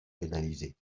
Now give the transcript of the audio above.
pénalisés